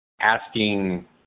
asking